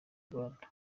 rwanda